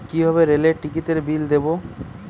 কিভাবে রেলের টিকিটের বিল দেবো?